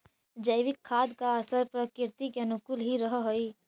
जैविक खाद का असर प्रकृति के अनुकूल ही रहअ हई